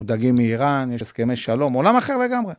מודאגים מאיראן, יש הסכמי שלום, עולם אחר לגמרי.